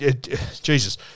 jesus